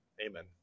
Amen